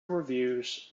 reviews